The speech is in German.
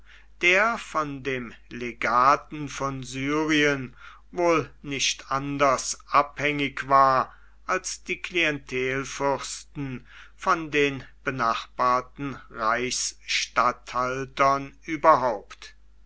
der von dem legaten von syrien wohl nicht anders abhängig war als die klientelfürsten von den benachbarten reichstatthaltern überhaupt